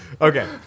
Okay